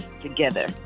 together